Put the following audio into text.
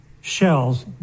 shells